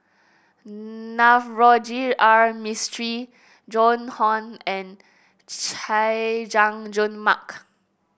Navroji R Mistri Joan Hon and Chay Jung Jun Mark